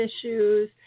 issues